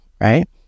right